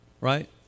right